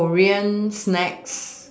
korean snack